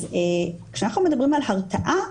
כשאנחנו מדברים על הרתעה,